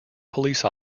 police